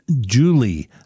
Julie